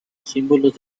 símbolos